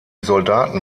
soldaten